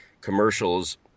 commercials